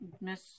Miss